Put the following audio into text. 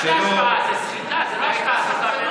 הפחדה, זה סחיטה, זה לא אשמה.